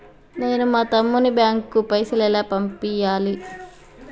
నేను మా తమ్ముని బ్యాంకుకు పైసలు ఎలా పంపియ్యాలి?